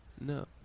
No